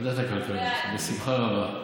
ועדת הכלכלה, בשמחה רבה.